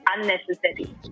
Unnecessary